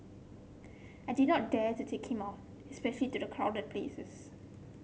I did not dare to take him on especially to crowded places